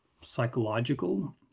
psychological